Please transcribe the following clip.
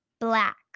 black